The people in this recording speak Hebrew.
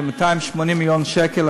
זה 280 מיליון שקל,